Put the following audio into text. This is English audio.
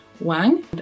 Wang